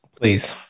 Please